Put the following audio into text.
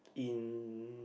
in